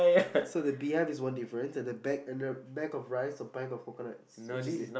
so the bee hive is one difference and the bag and the bag of rice or bunch of coconuts which is it